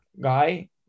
guy